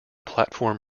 platform